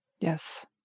Yes